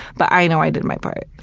but i know i did my part.